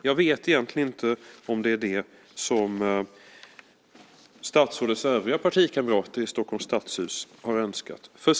Jag vet egentligen inte om det är detta som statsrådets övriga partikamrater i Stockholms stadshus har önskat.